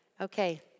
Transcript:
Okay